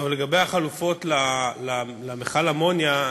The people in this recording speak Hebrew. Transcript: לגבי החלופות למכל אמוניה,